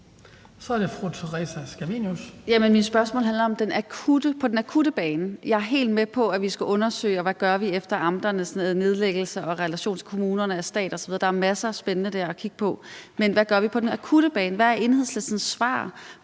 Kl. 16:52 Theresa Scavenius (UFG): Jamen mit spørgsmål handler om, hvad vi gør på den akutte bane. Jeg er helt med på, at vi skal undersøge, hvad vi gør efter amternes nedlæggelse og ved relationen mellem stat og kommune. Der er masser af spændende ting der at kigge på. Men hvad gør vi på den akutte bane? Hvad er Enhedslistens svar